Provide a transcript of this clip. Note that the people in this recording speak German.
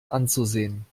anzusehen